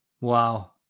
Wow